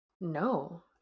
No